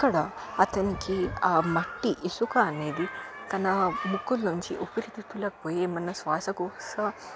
అక్కడ అతనికి ఆ మట్టి ఇసుక అనేది తన ముక్కులో నుంచి ఊపిరితిత్తుల్లోకి పోయి ఏమైనా శ్వాసకోశ